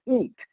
eat